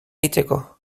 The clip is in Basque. egiteko